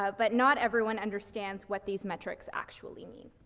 um but not everyone understands what these metrics actually mean.